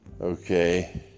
okay